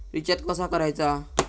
Recharge कसा करायचा?